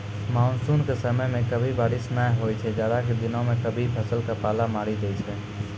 monsoon के समय मॅ कभी बारिश नाय होय छै, जाड़ा के दिनों मॅ कभी फसल क पाला मारी दै छै